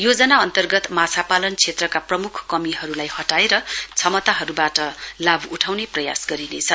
योजना अन्तर्गत माछा पालन क्षेत्रका प्रमुख कमीहरूलाई हटाएर क्षमताहरूबाट लाभ उठाउने प्रयास गरिनेछ